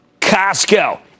Costco